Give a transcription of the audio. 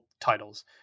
titles